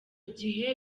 gihe